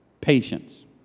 patience